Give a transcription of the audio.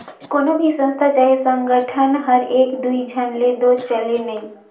कोनो भी संस्था चहे संगठन हर एक दुई झन ले दो चले नई